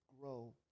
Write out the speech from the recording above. grow